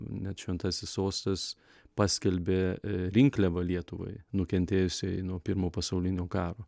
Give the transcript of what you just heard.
net šventasis sostas paskelbė ė rinkliavą lietuvai nukentėjusiai nuo pirmo pasaulinio karo